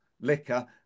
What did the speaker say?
liquor